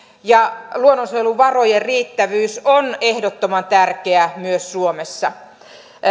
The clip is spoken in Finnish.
ja luonnonsuojeluvarojen riittävyys on ehdottoman tärkeää myös suomessa